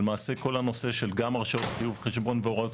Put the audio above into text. ולמעשה כל הנושא של גם הרשאות חיוב חשבון והוראות